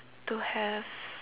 to have